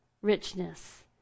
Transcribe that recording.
richness